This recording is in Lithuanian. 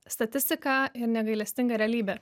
statistika ir negailestinga realybė